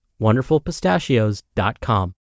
wonderfulpistachios.com